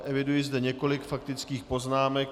Eviduji zde několik faktických poznámek.